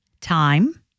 time